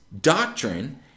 doctrine